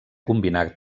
combinar